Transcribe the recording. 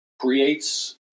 creates